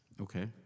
Okay